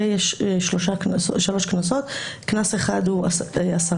יש שלושה קנסות: קנס אחד הוא 10%,